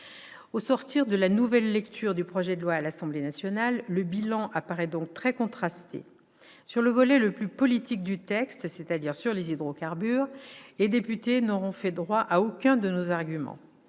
Au sortir de la nouvelle lecture du projet de loi à l'Assemblée nationale, le bilan apparaît donc très contrasté : sur le volet le plus politique du texte, c'est-à-dire sur les hydrocarbures, les députés n'auront fait droit à aucun de nos arguments.